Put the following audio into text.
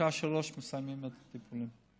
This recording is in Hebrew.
בשעה 15:00 מסיימים את הטיפולים.